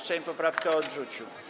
Sejm poprawkę odrzucił.